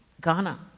Ghana